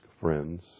friends